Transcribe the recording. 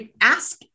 Ask